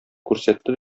күрсәтте